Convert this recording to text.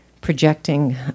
projecting